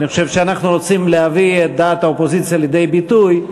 אני חושב שאנחנו רוצים להביא את דעת האופוזיציה לידי ביטוי,